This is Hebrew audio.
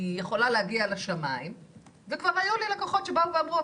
היא יכולה להגיע לשמיים וכבר היו לי לקוחות שבאו ואמרו,